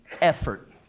effort